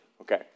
Okay